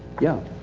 yeah.